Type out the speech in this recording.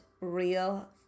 real